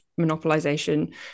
monopolization